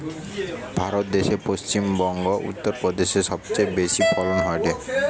ভারত দ্যাশে পশ্চিম বংগো, উত্তর প্রদেশে সবচেয়ে বেশি ফলন হয়টে